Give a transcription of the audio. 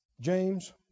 James